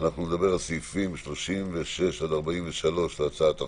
נדבר על סעיפים 36 עד 43 להצעת החוק.